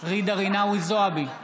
ג'ידא רינאוי זועבי,